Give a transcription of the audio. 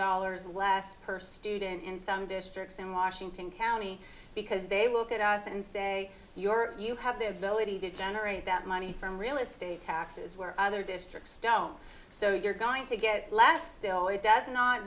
dollars less per student in some districts in washington county because they work at us and say your you have the ability to generate that money from real estate taxes where other districts don't so you're going to get less still it does not